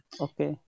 Okay